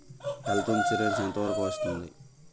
Health insurance ఎంత వరకు వస్తుంది?